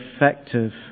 effective